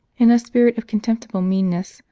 in a spirit of contemptible meanness,